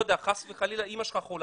לא יודע חס וחלילה אימא שלך חולה,